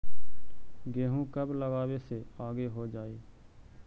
गेहूं कब लगावे से आगे हो जाई?